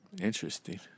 Interesting